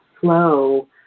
flow